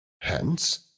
Hence